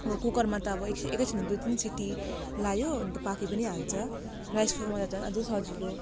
अब कुकरमा त अब एकछिन एकैछिनमा दुईतिन सिटी लायो अनि त पाकी पनि हाल्छ राइस कुकरमा त झन् अझै सजिलो